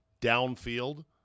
downfield